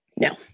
No